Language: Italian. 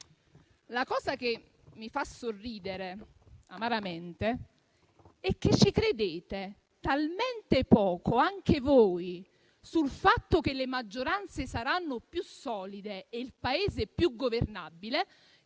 La cosa che mi fa sorridere amaramente è che credete talmente poco anche voi al fatto che le maggioranze saranno più solide e il Paese più governabile